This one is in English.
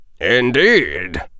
Indeed